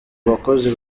bakozi